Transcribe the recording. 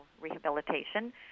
rehabilitation